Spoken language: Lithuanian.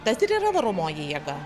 tad ir yra varomoji jėga